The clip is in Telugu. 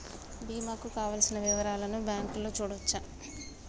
బీమా కు కావలసిన వివరాలను బ్యాంకులో చూడొచ్చా?